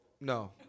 No